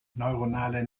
neuronale